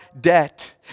debt